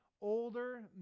older